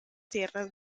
tierras